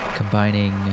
combining